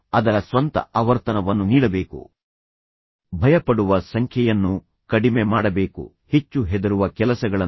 ಅವರು ಪರಸ್ಪರರ ಬಗ್ಗೆ ಏನು ಹೇಳಬೇಕು ಮತ್ತು ಯಾರು ಸಂಘರ್ಷವನ್ನು ಪ್ರಚೋದಿಸಿದರು ಎಂಬುದನ್ನು ಆಲಿಸಿ